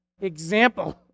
example